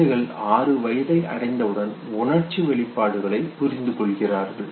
குழந்தைகள் ஆறு வயதை அடைந்தவுடன் உணர்ச்சி வெளிப்பாடுகளை புரிந்துகொள்கிறார்கள்